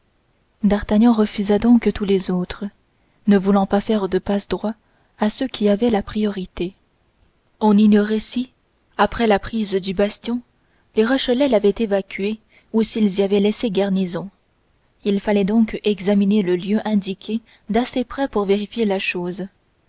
d'artagnan refusa donc tous les autres ne voulant pas faire de passe droit à ceux qui avaient la priorité on ignorait si après la prise du bastion les rochelois l'avaient évacué ou s'ils y avaient laissé garnison il fallait donc examiner le lieu indiqué d'assez près pour vérifier la chose